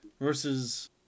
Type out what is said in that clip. versus